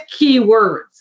keywords